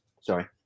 Sorry